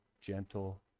gentle